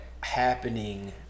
happening